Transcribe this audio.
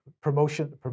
promotion